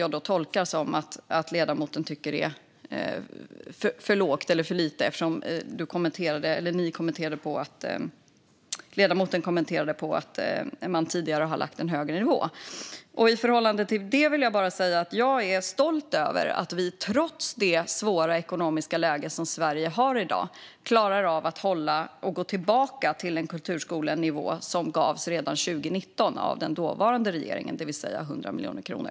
Jag tolkar det som att ledamoten tycker att det är för lite, eftersom ledamoten kommenterade att man tidigare har haft en högre nivå. I förhållande till det är jag stolt över att vi, trots det svåra ekonomiska läge som Sverige i dag befinner sig i, klarar av att gå tillbaka till den nivå för medel till kulturskolan som gavs redan 2019 av den dåvarande regeringen, det vill säga 100 miljoner kronor.